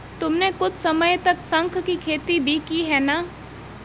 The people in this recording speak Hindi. तुमने कुछ समय तक शंख की खेती भी की है ना?